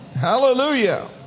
Hallelujah